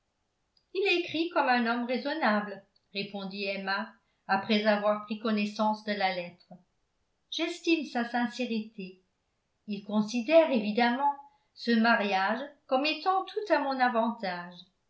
il écrit comme un homme raisonnable répondit emma après avoir pris connaissance de la lettre j'estime sa sincérité il considère évidemment ce mariage comme étant tout à mon avantage